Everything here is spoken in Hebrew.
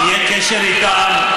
יהיה קשר איתם.